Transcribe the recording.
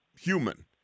human